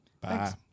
Bye